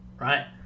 right